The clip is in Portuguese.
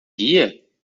guia